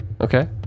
Okay